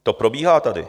To probíhá tady.